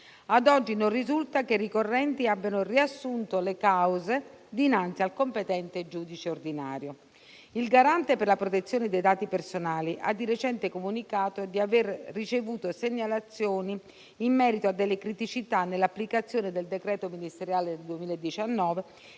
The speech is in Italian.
Ad oggi non risulta che i ricorrenti abbiano riassunto le cause dinanzi al competente giudice ordinario. Il Garante per la protezione dei dati personali ha di recente comunicato di aver ricevuto segnalazioni in merito a delle criticità nell'applicazione del decreto ministeriale del 2019,